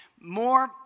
More